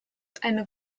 eine